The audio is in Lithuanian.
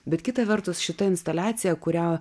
bet kita vertus šita instaliacija kurią